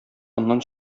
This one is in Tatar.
аннан